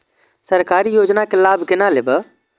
सरकारी योजना के लाभ केना लेब?